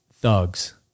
thugs